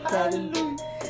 Hallelujah